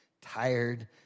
tired